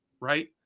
right